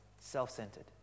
self-centered